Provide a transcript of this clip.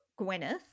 Gwyneth